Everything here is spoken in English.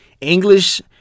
English